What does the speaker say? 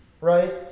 right